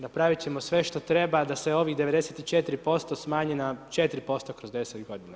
Napraviti ćemo sve što treba da se ovih 94% smanji na 4% kroz 10 godina.